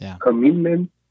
commitment